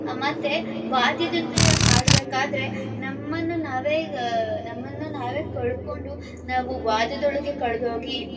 ಮತ್ತೆ ವಾದ್ಯದ ಜೊತೆ ಹಾಡಬೇಕಾದ್ರೆ ನಮ್ಮನ್ನು ನಾವೇ ಈಗ ನಮ್ಮನ್ನು ನಾವೇ ಕಳಕೊಂಡು ನಾವು ವಾದ್ಯದೊಳಗೆ ಕಳೆದೋಗಿ